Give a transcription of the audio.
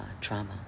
trauma